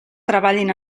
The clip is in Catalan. treballin